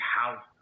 house